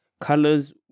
colors